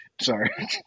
Sorry